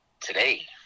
today